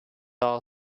all